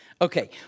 Okay